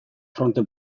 fronte